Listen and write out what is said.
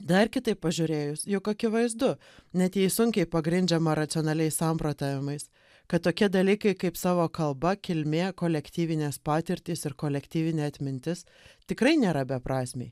dar kitaip pažiūrėjus jog akivaizdu net jei sunkiai pagrindžiama racionaliais samprotavimais kad tokie dalykai kaip savo kalba kilmė kolektyvinės patirtys ir kolektyvinė atmintis tikrai nėra beprasmiai